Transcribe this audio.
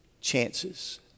chances